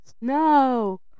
no